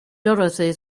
dorothy